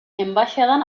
enbaxadan